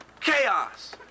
chaos